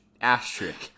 asterisk